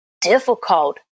difficult